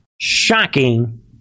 shocking